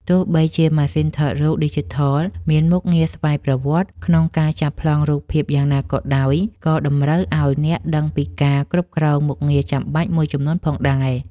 ទោះបីជាម៉ាស៊ីនថតរូបឌីជីថលមានមុខងារស្វ័យប្រវត្តិក្នុងការចាប់ប្លង់រូបភាពយ៉ាងណាក៏ដោយ ក៏តម្រូវឱ្យអ្នកដឹងពីការគ្រប់គ្រងមុខងារចាំបាច់មួយចំនួនផងដែរ។